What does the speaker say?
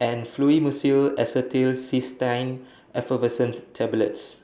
and Fluimucil Acetylcysteine Effervescent Tablets